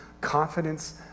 confidence